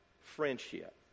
friendship